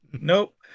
Nope